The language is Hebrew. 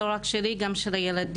לא רק שלי גם של הילדים,